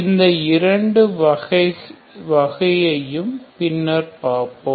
இந்த இரண்டு வகைகளையும் பின்னர் பார்ப்போம்